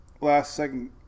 last-second